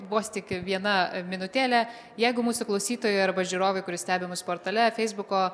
vos tik viena minutėlė jeigu mūsų klausytojui arba žiūrovui kuris stebimas portale feisbuko